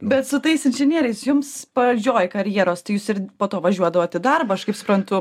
bet su tais inžinieriais jums pradžioj karjerostai jūs ir po to važiuodavot į darbą aš kaip suprantu